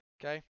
Okay